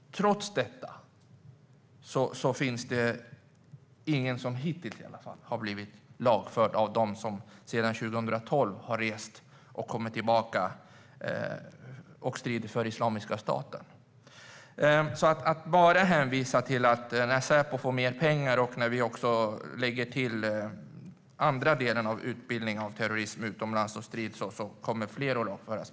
Trots detta är det i alla fall hittills ingen av dem som sedan 2012 har rest för att strida med Islamiska staten och kommit tillbaka som har blivit lagförd. Man kan hänvisa till att fler kommer att lagföras när Säpo får mer pengar och när vi lägger till den andra delen av utbildning för terrorism utomlands.